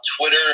Twitter